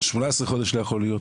18 חודשים לא יכול להיות.